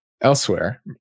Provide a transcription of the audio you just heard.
Elsewhere